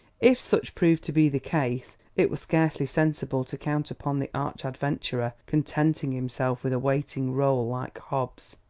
if such proved to be the case, it were scarcely sensible to count upon the arch-adventurer contenting himself with a waiting role like hobbs'.